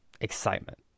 excitement